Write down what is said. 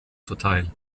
zuteil